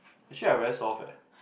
actually I very soft eh